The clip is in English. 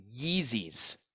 Yeezys